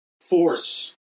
force